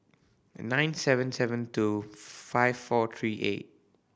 nine seven seven two five four three eight